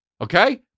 Okay